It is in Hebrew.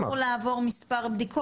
הצמח אמור לעבור אחר כך מספר בדיקות.